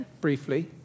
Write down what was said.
briefly